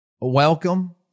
welcome